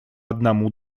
одному